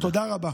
תודה רבה.